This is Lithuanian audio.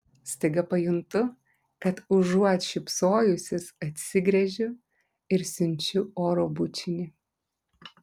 staiga pajuntu kad užuot šypsojusis atsigręžiu ir siunčiu oro bučinį